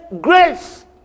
grace